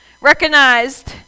recognized